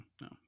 no